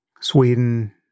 Sweden